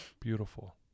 Beautiful